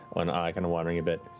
one eye kind of wandering a bit.